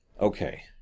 Okay